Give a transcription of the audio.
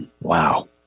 Wow